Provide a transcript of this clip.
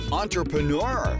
entrepreneur